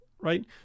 right